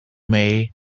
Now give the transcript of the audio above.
may